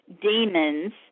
demons